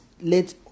let